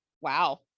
Wow